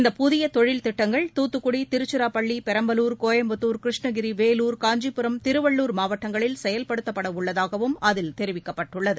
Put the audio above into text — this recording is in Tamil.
இந்தப்புதிய தொழில் திட்டங்கள் தாத்துக்குடி திருச்சிராப்பள்ளி பெரம்பலூர் கோயம்புத்தார் கிருஷ்ணகிரி வேலூர் காஞ்சிபுரம் திருவள்ளுர் மாவட்டங்களில் செயல்படுத்தப்படவுள்ளதாகவும் அதில் தெரிவிக்கப்பட்டுள்ளது